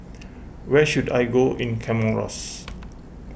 where should I go in Comoros